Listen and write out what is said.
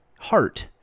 heart